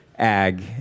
Ag